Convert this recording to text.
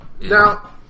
Now